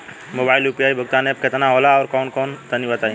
Mobile म UPI भुगतान app केतना होला आउरकौन कौन तनि बतावा?